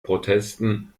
protesten